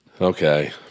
Okay